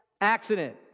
accident